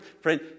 friend